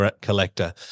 collector